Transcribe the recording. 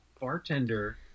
bartender